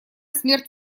смерть